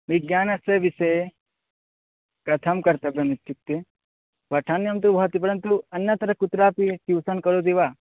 विज्ञानस्य विषये कथं कर्तव्यमित्युक्ते पठनीयं तु भवति परन्तु अन्यत्र कुत्रापि ट्यूषन् करोति वा